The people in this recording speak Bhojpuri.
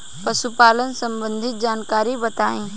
पशुपालन सबंधी जानकारी बताई?